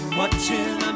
watching